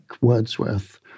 Wordsworth